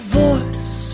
voice